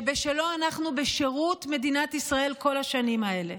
שבשלו אנחנו בשירות מדינת ישראל כל השנים האלה.